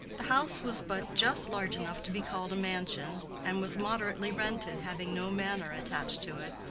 the house was but just large enough to be called a mansion, and was moderately rented, having no manor attached to it,